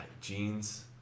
Jeans